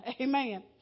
Amen